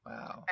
Wow